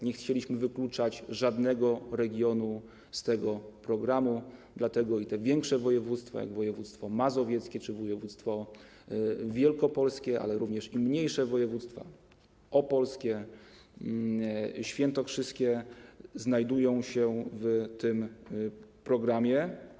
Nie chcieliśmy wykluczać żadnego regionu z tego programu, dlatego i te większe województwa jak województwo mazowieckie czy województwo wielkopolskie, i mniejsze województwa: opolskie, świętokrzyskie znajdują się w tym programie.